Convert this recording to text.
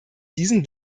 diesen